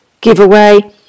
giveaway